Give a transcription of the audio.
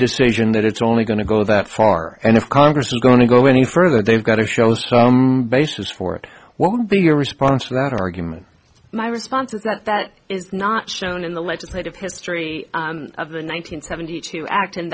decision that it's only going to go that far and of congress is going to go any further they've got to show some basis for it won't be your response to that argument my response is that that is not shown in the legislative history of the one nine hundred seventy two act in